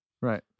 Right